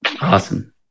Awesome